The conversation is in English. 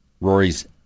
Rory's